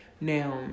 Now